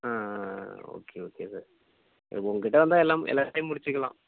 ஆ ஆ ஆ okay okay sir உங்கக்கிட்டே வந்தால் எல்லாம் எல்லாத்தையும் முடிச்சுக்கலாம்